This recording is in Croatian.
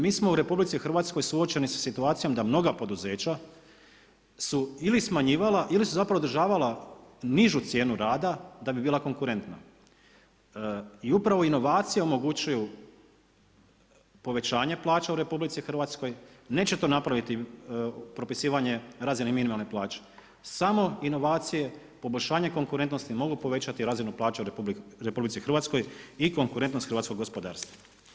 Mi smo u RH suočeni sa situacijom da mnoga poduzeća su ili smanjivala ili su zapravo održavala nižu cijenu rada da bi bila konkurentna i upravo inovacije omogućuju povećanje plaća u RH, neće to napraviti propisivanje razine minimalne plaće, samo inovacije, poboljšanje konkurentnosti mogu povećati razinu plaća u RH i konkurentnost hrvatskog gospodarstva.